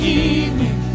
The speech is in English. evening